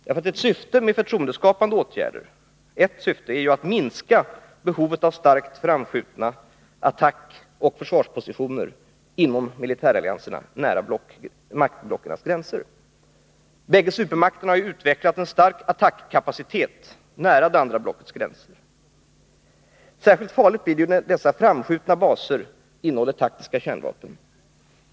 Ett syfte med förtroendeskapande åtgärder är ju att minska behovet av starkt framskjutna attackoch försvarspositioner inom militärallianserna nära maktblockens gränser. Var och en av de bägge supermakterna har utvecklat en stark attackkapacitet nära det andra blockets gränser. Särskilt farligt blir det när dessa framskjutna baser innehåller taktiska kärnvapen.